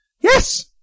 Yes